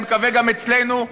אני מקווה גם אצלנו,